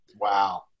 Wow